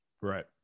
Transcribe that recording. Right